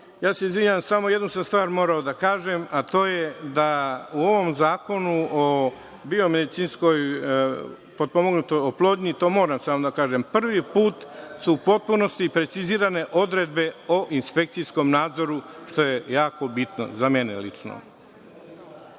Izvinjavam se, samo jednu stvar sam morao da kažem, a to je da u ovom Zakonu o biomedicinskoj potpomognutoj oplodnji, to moram da kažem, prvi put su u potpunosti precizirane odredbe o inspekcijskom nadzoru, što je jako bitno za mene lično. Što